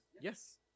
Yes